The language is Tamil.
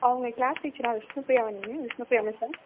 அவங்க க்ளாஸ் டீச்சரா விஷ்ணு பிரியாவா நீங்கள் விஷ்ணு பிரியா மிஸ்ஸா